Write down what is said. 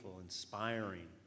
inspiring